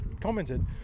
commented